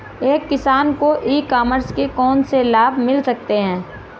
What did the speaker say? एक किसान को ई कॉमर्स के कौनसे लाभ मिल सकते हैं?